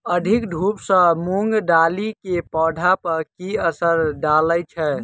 अधिक धूप सँ मूंग दालि केँ पौधा पर की असर डालय छै?